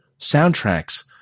soundtracks